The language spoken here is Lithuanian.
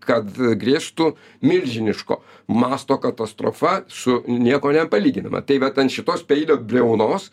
kad grėstų milžiniško masto katastrofa su niekuo nepalyginama tai vat ant šitos peilio briaunos